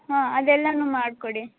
ಹಾಂ ಅದೆಲ್ಲಾ ಮಾಡಿಕೊಡಿ